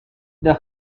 the